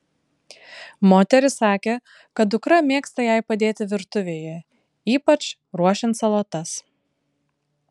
moteris sakė kad dukra mėgsta jai padėti virtuvėje ypač ruošiant salotas